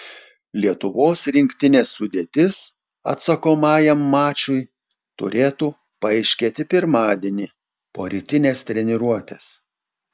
lietuvos rinktinės sudėtis atsakomajam mačui turėtų paaiškėti pirmadienį po rytinės treniruotės